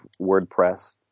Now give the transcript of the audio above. WordPress